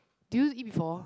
do you eat before